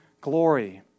glory